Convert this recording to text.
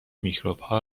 میکروبها